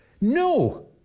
No